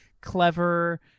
clever